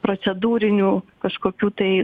procedūrinių kažkokių tai